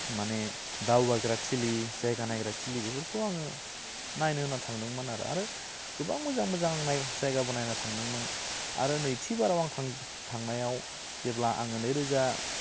माने दावबायग्रा थिलि जायगा नायग्रा थिलि बेफोरखौ आङो नायनो होन्ना थांदोंमोन आरो गोबां मोजां मोजां नाय जायगाबो नायना थांदोंमोन आरो नैथि बाराव आं थां थांनायाव जेब्ला आङो नैरोजा